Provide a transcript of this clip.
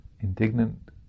indignant